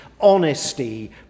honesty